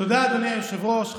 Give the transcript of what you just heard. תודה, אדוני היושב-ראש.